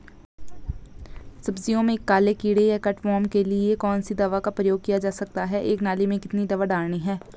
सब्जियों में काले कीड़े या कट वार्म के लिए कौन सी दवा का प्रयोग किया जा सकता है एक नाली में कितनी दवा डालनी है?